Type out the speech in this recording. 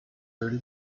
early